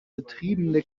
betriebene